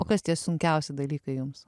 o kas tie sunkiausi dalykai jums